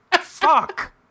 Fuck